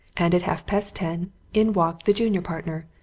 and at half-past ten in walked the junior partner,